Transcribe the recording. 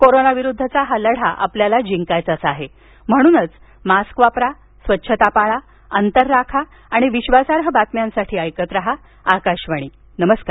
corona विरुद्धचा हा लढा आपल्याला जिंकायचा आहे म्हणूनच मास्क वापरा स्वच्छता पाळा अंतर राखा आणि विश्वासार्ह बातम्यांसाठी ऐकत रहा आकाशवाणी नमस्कार